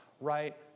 right